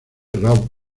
raw